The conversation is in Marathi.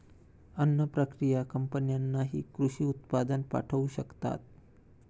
अन्न प्रक्रिया कंपन्यांनाही कृषी उत्पादन पाठवू शकतात